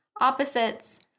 opposites